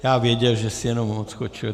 Já věděl, že si jenom odskočil.